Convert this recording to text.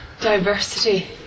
Diversity